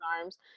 arms